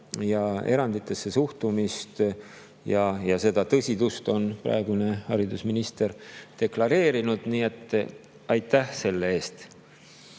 eranditesse suhtumist. Seda tõsidust on praegune haridusminister deklareerinud ja aitäh selle eest.